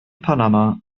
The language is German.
panama